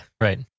Right